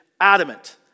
adamant